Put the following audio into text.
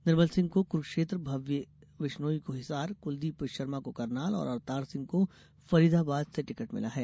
निर्मल सिंह को कुरुक्षेत्र भव्य बिश्नोई को हिसार कुलदीप शर्मा को करनाल और अवतार सिंह को फरीदाबाद से टिकट मिला है